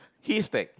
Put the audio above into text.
he's like